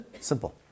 Simple